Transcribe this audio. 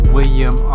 William